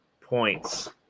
points